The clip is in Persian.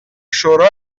شوری